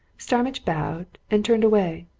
starmidge bowed and turned away,